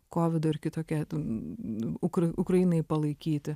kovido ir kitokie ten kur ukrainai palaikyti